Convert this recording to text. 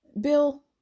Bill